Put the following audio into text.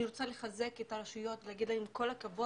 אני רוצה לחזק את הרשויות ולהגיד להם כל הכבוד